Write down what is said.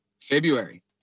February